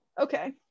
Okay